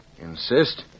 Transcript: insist